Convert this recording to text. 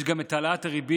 יש גם את העלאת הריבית,